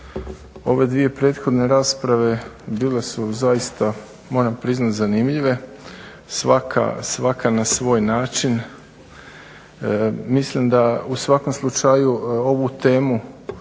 Ove dvije prethodne rasprave bile su zaista moram priznati zanimljive, svaka na svoj način, mislim da u svakom slučaju ovu temu